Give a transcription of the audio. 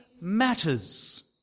matters